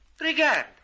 Regard